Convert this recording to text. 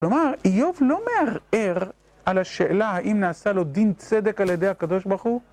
כלומר, איוב לא מערער על השאלה האם נעשה לו דין צדק על ידי הקב"ה